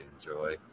enjoy